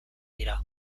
dira